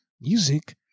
music